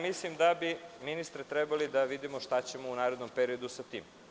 Mislim, ministre, da bi trebalo da vidimo šta ćemo u narednom periodu sa tim.